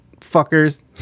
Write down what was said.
fuckers